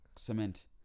cement